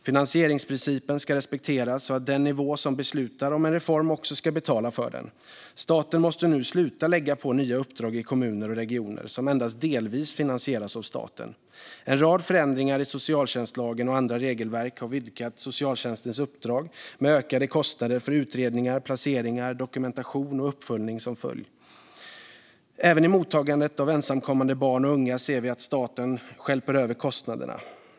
Finansieringsprincipen ska respekteras så att den nivå som beslutar om en reform också ska betala för den. Staten måste nu sluta att lägga på nya uppdrag på kommuner och regioner, som endast delvis finansieras av staten. En rad förändringar i socialtjänstlagen och andra regelverk har vidgat socialtjänstens uppdrag, med ökade kostnader för utredningar, placeringar, dokumentation och uppföljning som följd. Även i mottagandet av ensamkommande barn och unga ser vi att staten stjälper över kostnaderna.